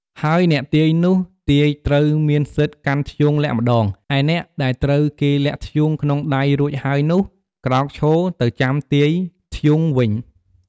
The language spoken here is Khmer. ហើយអ្នកទាយនោះ ទាយត្រូវមានសិទ្ធិកាន់ធ្យូងលាក់ម្តង ឯអ្នកដែលត្រូវគេលាក់ធ្យូងក្នុងដៃរួចហើយនោះ ក្រោកឈរទៅចាំទាយធ្យូងវិញ។